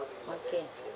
okay